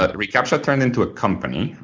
ah recaptcha turned into a company.